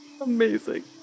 Amazing